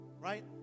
Right